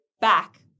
back